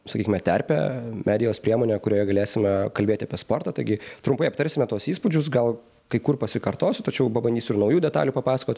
sakykime terpę medijos priemonę kurioje galėsime kalbėti apie sportą taigi trumpai aptarsime tuos įspūdžius gal kai kur pasikartosiu tačiau pabandysiu ir naujų detalių papasakot